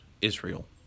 Israel